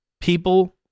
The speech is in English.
people